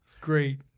Great